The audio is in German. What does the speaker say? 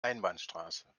einbahnstraße